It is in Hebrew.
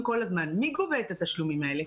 כל הזמן מי גובה את התשלומים האלה?